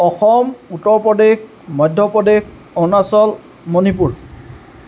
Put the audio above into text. Assam Uttar Pradesh Madhya Pradesh Arunachal Manipur